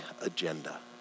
agenda